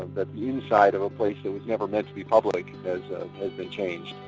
the inside of a place that was never meant to be public had been changed.